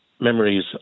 memories